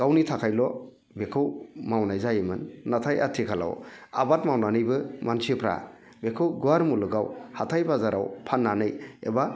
गावनि थाखायल' बेखौ मावनाय जायोमोन नाथाय आथिखालाव आबाद मावनानैबो मानसिफ्रा बेखौ गुवार मुलुगाव हाथाय बाजाराव फाननानै एबा